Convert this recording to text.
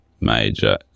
major